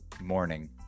morning